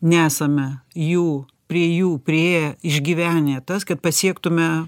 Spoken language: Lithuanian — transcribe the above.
nesame jų prie jų priėję išgyvenę tas kad pasiektume